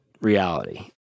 reality